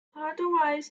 otherwise